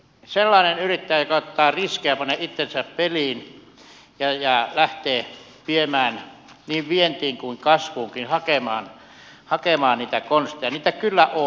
sellainen yrittäjä joka ottaa riskejä panee itsensä peliin ja lähtee viemään niin vientiin kuin kasvuunkin hakemaan niitä konsteja niitä kyllä on